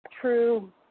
true